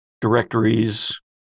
directories